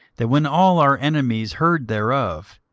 that when all our enemies heard thereof,